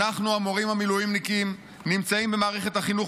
אנחנו המורים המילואימניקים נמצאים במערכת החינוך